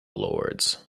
lords